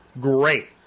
Great